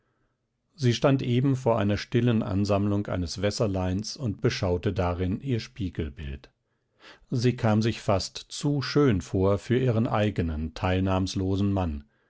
sie stand eben vor einer stillen ansammlung eines wässerleins und beschaute darin ihr spiegelbild sie kam sich fast zu schön vor für ihren eigenen teilnahmlosen mann